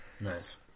Nice